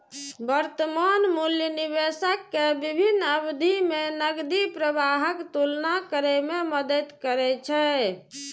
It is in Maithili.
वर्तमान मूल्य निवेशक कें विभिन्न अवधि मे नकदी प्रवाहक तुलना करै मे मदति करै छै